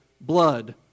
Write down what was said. blood